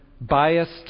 biased